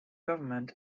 government